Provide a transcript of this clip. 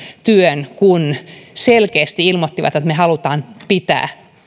työn kun selkeästi ilmoittivat että me haluamme pitää